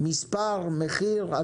זה